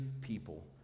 people